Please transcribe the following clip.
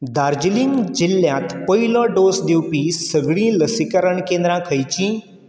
दार्जिलिंग जिल्ल्यांत पयलो डोस दिवपी सगळीं लसीकरण केंद्रां खंयचीं